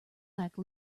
like